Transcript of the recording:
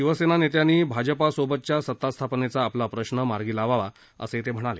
शिवसेना नेत्यांनी भाजपासोबतच्या सत्तास्थापनेचा आपला प्रश्न मार्गी लावावा असं ते म्हणाले